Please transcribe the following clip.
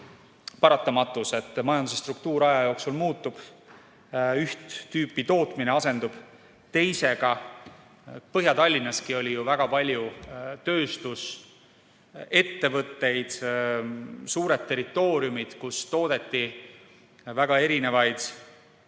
paratamatus, et majanduse struktuur aja jooksul muutub. Üht tüüpi tootmine asendub teisega. Põhja-Tallinnaski oli ju väga palju tööstusettevõtteid, suured territooriumid, kus toodeti väga erinevaid tooteid